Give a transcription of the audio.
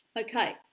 Okay